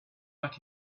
that